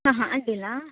ಹಾಂ ಹಾಂ ಅಡ್ಡಿಲ್ಲ